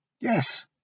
Yes